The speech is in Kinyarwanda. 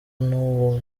n’uwo